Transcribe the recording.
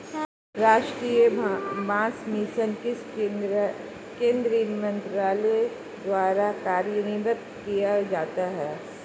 राष्ट्रीय बांस मिशन किस केंद्रीय मंत्रालय द्वारा कार्यान्वित किया जाता है?